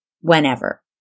whenever